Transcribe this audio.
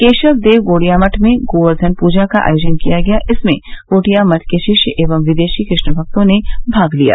केशव देव गोड़िया मठ में गोकेर्धन पूजा का आयोजन किया गया इसमें गोड़िया मठ के शिष्य एवं विदेशी कृष्ण भक्तों ने भाग लिया